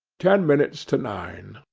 ten minutes to nine.